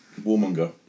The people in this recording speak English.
Warmonger